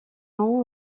nom